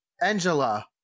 Angela